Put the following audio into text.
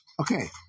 Okay